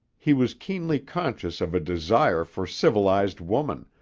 he was keenly conscious of a desire for civilized woman,